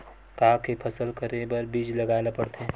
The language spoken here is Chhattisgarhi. का के फसल करे बर बीज लगाए ला पड़थे?